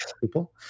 people